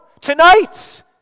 tonight